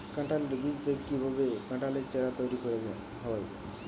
কাঁঠালের বীজ থেকে কীভাবে কাঁঠালের চারা তৈরি করা হয়?